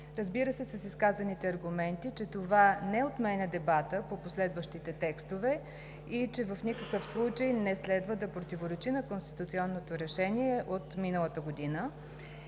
разбира се, с изказаните аргументи, че това не отменя дебата по последващите текстове и в никакъв случай не следва да противоречи на Конституционното решение от миналата година.